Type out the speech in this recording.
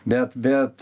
be bet